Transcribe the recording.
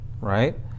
right